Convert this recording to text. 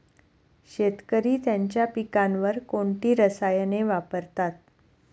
शेतकरी त्यांच्या पिकांवर कोणती रसायने वापरतात?